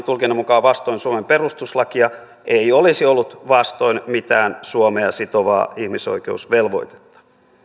tulkinnan mukaan on vastoin suomen perustuslakia ei olisi ollut vastoin mitään suomea sitovaa ihmisoikeusvelvoitetta